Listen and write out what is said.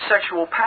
sexual